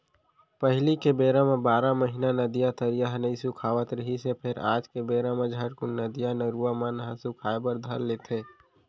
पहिली के बेरा म बारह महिना नदिया, तरिया ह नइ सुखावत रिहिस हे फेर आज के बेरा म झटकून नदिया, नरूवा मन ह सुखाय बर धर लेथे